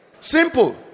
Simple